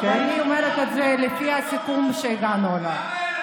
ואני אומרת את זה לפי הסיכום שהגענו אליו.